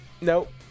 nope